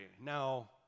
now